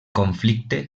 conflicte